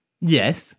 Yes